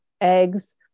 eggs